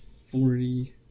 forty